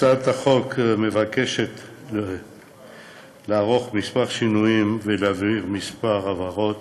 הצעת החוק מבקשת לערוך כמה שינויים ולהבהיר כמה הבהרות